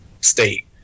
state